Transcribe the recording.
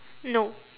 no